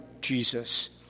Jesus